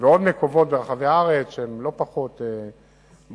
ועוד מקומות ברחבי הארץ שהם לא פחות בעייתיים,